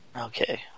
Okay